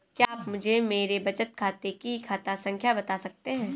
क्या आप मुझे मेरे बचत खाते की खाता संख्या बता सकते हैं?